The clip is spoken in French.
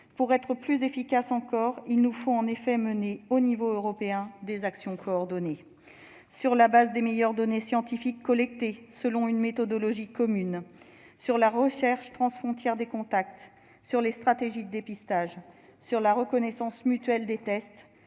Pour être plus efficaces encore, il nous faut en effet mener, au niveau européen, des actions coordonnées sur la base des meilleures données scientifiques collectées selon une méthodologie commune, de la recherche transfrontières des contacts, des stratégies de dépistage, de la reconnaissance mutuelle des tests,